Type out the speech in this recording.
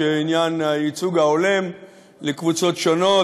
שעניין הייצוג ההולם לקבוצות שונות,